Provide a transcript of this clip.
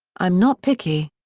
i'm not picky.